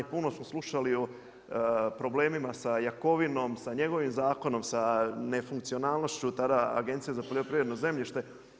Puno smo slušali o problemima sa Jakovinom, sa njegovim zakonom, sa nefunkcionalnošću tada Agencije za poljoprivredno zemljište.